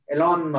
Elon